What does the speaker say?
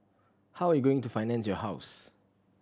how are you going to finance your house